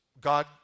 God